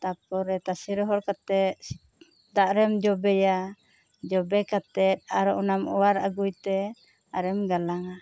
ᱛᱟᱨᱯᱚᱨᱮ ᱛᱟᱥᱮ ᱨᱚᱦᱚᱲ ᱠᱟᱛᱮᱜ ᱫᱟᱜ ᱨᱮᱢ ᱡᱚᱵᱮᱭᱟ ᱡᱚᱵᱮ ᱠᱟᱛᱮᱜ ᱟᱨᱚ ᱚᱱᱟᱢ ᱚᱣᱟᱨ ᱟᱹᱜᱩᱭᱛᱮᱢ ᱜᱟᱞᱟᱝᱼᱟ